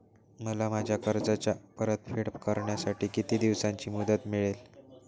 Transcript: मला माझ्या कर्जाची परतफेड करण्यासाठी किती दिवसांची मुदत मिळेल?